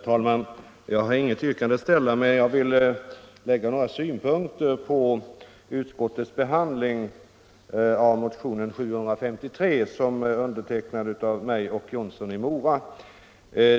Herr talman! Jag har inte framställt några yrkanden, men jag vill anlägga några synpunkter på utskottets behandling av motionen 753 om vårdbidrag, som är undertecknad av mig och herr Jonsson i Mora.